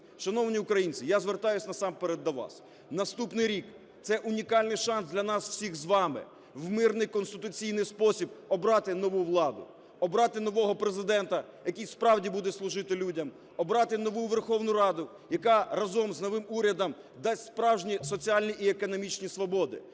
Шановні українці, я звертаюся насамперед до вас, наступний рік – це унікальний шанс для нас всіх з вами в мирний конституційний спосіб обрати нову владу, обрати нового Президента, який справді буде служити людям, обрати нову Верховну Раду, яка разом з новим урядом дасть справжні соціальні і економічні свободи,